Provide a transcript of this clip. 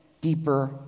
deeper